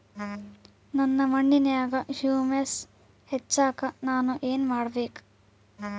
ನನ್ನ ಮಣ್ಣಿನ್ಯಾಗ್ ಹುಮ್ಯೂಸ್ ಹೆಚ್ಚಾಕ್ ನಾನ್ ಏನು ಮಾಡ್ಬೇಕ್?